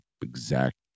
exact